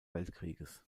weltkrieges